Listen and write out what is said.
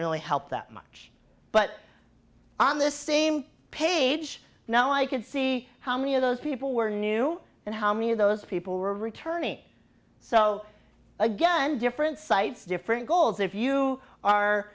really help that much but on the same page now i could see how many of those people were new and how many of those people were returning so again different sites different goals if you are